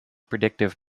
predictive